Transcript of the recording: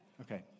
Okay